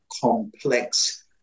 complex